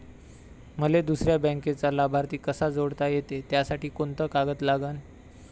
मले दुसऱ्या बँकेचा लाभार्थी कसा जोडता येते, त्यासाठी कोंते कागद लागन?